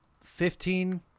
Fifteen